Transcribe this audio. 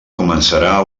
començarà